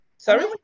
Sorry